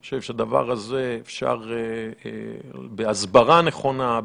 אני חושב שהדבר הזה אפשרי בהסברה נכונה,